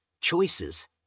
choices